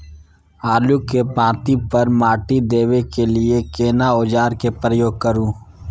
आलू के पाँति पर माटी देबै के लिए केना औजार के प्रयोग करू?